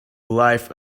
life